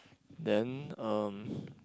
then um